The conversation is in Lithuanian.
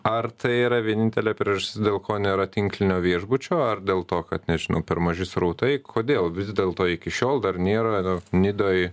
ar tai yra vienintelė priežastis dėl ko nėra tinklinio viešbučio ar dėl to kad nežinau per maži srautai kodėl vis dėlto iki šiol dar nėra nidoj